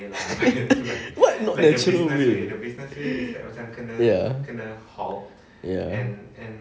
true leh ya ya